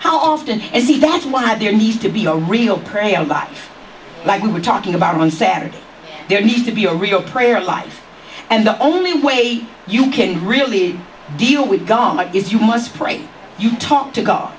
how often is he that's why there needs to be a real prayer but like we were talking about on saturday there needs to be a real prayer life and the only way you can really deal with government is you must pray you talk to go